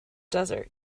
desert